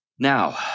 Now